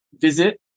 visit